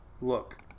look